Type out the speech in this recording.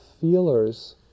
feelers